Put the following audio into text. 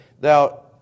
Thou